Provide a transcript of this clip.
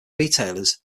retailers